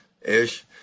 ish